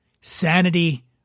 sanity